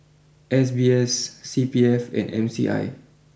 S B S C P F and M C I